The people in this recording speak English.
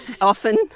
Often